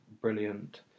brilliant